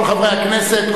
כל חברי הכנסת,